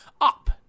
up